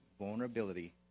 vulnerability